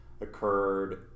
occurred